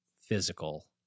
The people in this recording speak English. physical